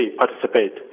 participate